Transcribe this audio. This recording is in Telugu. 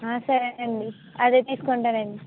ఆ సరేనండి అదే తీసుకుంటానండి